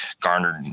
garnered